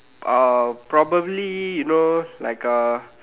uh probably you know like uh